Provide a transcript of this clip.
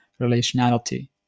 relationality